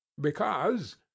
Because